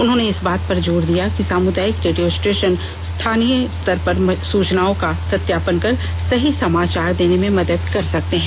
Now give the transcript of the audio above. उन्होंने इस बात पर जोर दिया कि सामुदायिक रेडियो स्टेशन स्थानीय स्तर पर सूचनाओं का सत्यापन कर सही समाचार देने में मदद कर सकते हैं